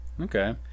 Okay